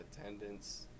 attendance